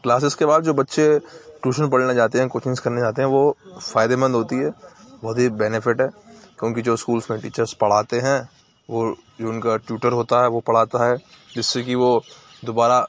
classes کے بعد جو بچے ٹیوشن پڑھنے جاتے ہیں کوچنگس کرنے جاتے ہیں وہ فائدے مند ہوتی ہے بہت ہی بینیفٹ ہے کیوں کہ جو اسکولس میں ٹیچرس پڑھاتے ہیں وہ اُن کا ٹیوٹر ہوتا ہے وہ پڑھاتا ہے جس سے کہ وہ دوبارہ